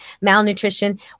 malnutrition